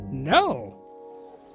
No